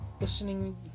listening